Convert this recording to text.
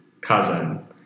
cousin